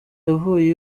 yavuye